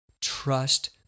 trust